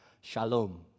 shalom